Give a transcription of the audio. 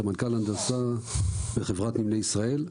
סמנכ"ל הנדסה בחברת נמלי ישראל.